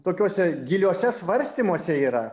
tokiuose giliuose svarstymuose yra